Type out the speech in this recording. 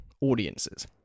audiences